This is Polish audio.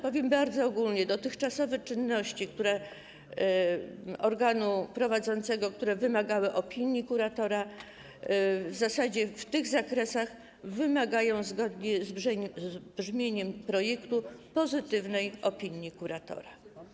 Powiem bardzo ogólnie: dotychczasowe czynności organu prowadzącego, które wymagały opinii kuratora, w zasadzie w tych zakresach wymagają zgodnie z brzmieniem projektu pozytywnej opinii kuratora.